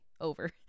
Over